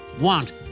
want